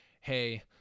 hey